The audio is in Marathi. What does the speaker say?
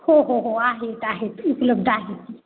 हो हो हो आहेत आहेत उपलब्ध आहेत